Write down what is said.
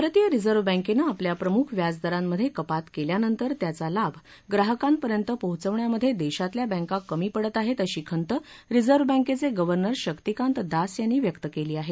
भारतीय रिझर्व्ह बँकेनं आपल्या प्रमुख व्याजदारांमधे कपात केल्यानंतर त्याचा लाभ ग्राहकांपर्यंत पोहोचवण्यामधे देशातल्या बँका कमी पडत आहेत अशी खंत रिझर्व्ह बँकेये गव्हर्नर शक्तिकांत दास यांनी व्यक्त केली आहे